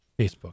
Facebook